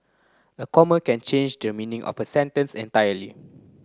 a comma can change the meaning of a sentence entirely